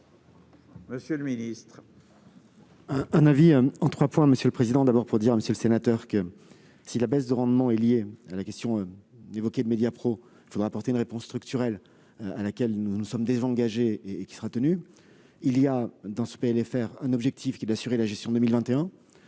Monsieur le ministre,